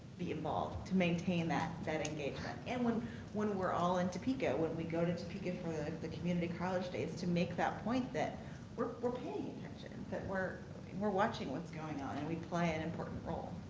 be involved, to maintain that that engagement. and when when we're all in topeka, when we go to topeka for the community college days, to make that point that we're we're paying attention, that we're we're watching what's going on and we play an important role.